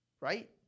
right